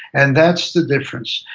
and that's the difference.